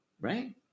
right